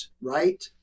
right